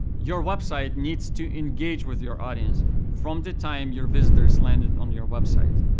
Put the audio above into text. your website needs to engage with your audience from the time your visitors landed on your website.